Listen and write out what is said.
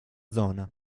zona